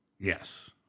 Yes